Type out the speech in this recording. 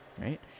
right